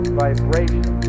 vibration